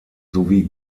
sowie